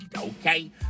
okay